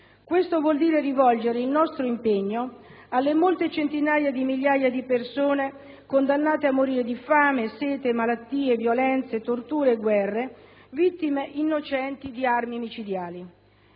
Questo vuol dire rivolgere il nostro impegno alle molte centinaia di migliaia di persone condannate a morire di fame, sete, malattie, violenze, torture e guerre, vittime innocenti di armi micidiali.